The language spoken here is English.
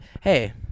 Hey